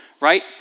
right